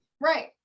right